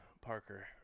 Parker